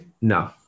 No